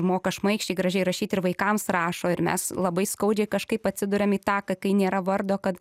moka šmaikščiai gražiai rašyt ir vaikams rašo ir mes labai skaudžiai kažkaip atsiduriam į taką kai nėra vardo kad